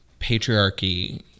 patriarchy